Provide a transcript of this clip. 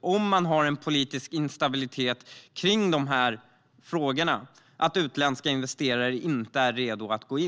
Om man har en politisk instabilitet i dessa frågor bidrar det i sin tur till att utländska investerare inte är redo att gå in.